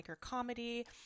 Comedy